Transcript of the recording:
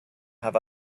have